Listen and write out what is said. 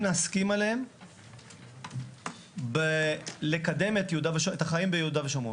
להסכים עליהם כדי לקדם את החיים ביהודה ושומרון.